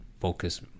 focus